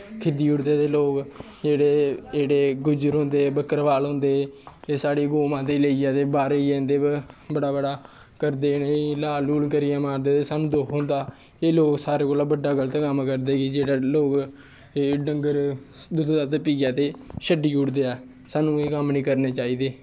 खिद्दी ओड़दे ते लोग जेह्ड़े गुज्जर होंदे बक्करबाल होंदे साढ़ी गौ माता गी लेइयै बाह्रे दी ते बड़ा बड़ा करदे ल्हाल ल्हूल करियै बनांदे ते सानू दुख होंदा लोग सारें कोला दा बड्डा गल्त कम्म करदे कि जेह्ड़ा डंगर दुद्ध दद्ध पीऐ ते छड्डी ओड़दे ऐ सानू एह् कम्म निं करने चाहिदे ऐ